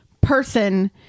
person